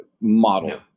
model